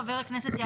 חבר הכנסת יעקב אשר.